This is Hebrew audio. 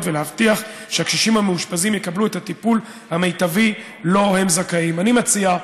ולהבטיח שהקשישים המאושפזים יקבלו את הטיפול המיטבי שהם זכאים לו.